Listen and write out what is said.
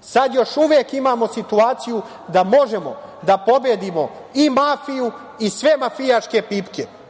Sada još uvek imamo situaciju da možemo da pobedimo i mafiju i sve mafijaške pipke